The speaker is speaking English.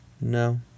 no